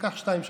לקח שתיים,